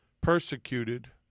persecuted